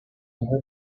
son